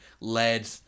Lead